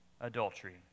adultery